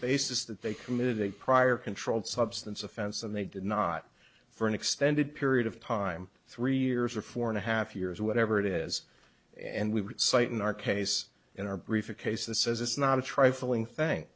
basis that they committed a prior controlled substance offense and they did not for an extended period of time three years or four and a half years whatever it is and we would cite in our case in our brief a case the says it's not a trifling thing